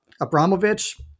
Abramovich